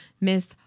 Miss